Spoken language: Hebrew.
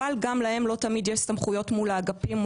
אבל גם להם לא תמיד יש סמכויות מול האגפים,